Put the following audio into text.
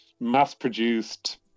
mass-produced